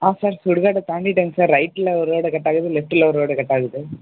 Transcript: ஆ sir சுடுகாட்டை தாண்டிவிட்டேங்க ரைட்டில் ஒரு ரோடு கட் ஆகுது லெஃப்டில் ஒரு ரோடு கட் ஆகுது